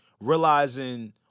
realizing